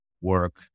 work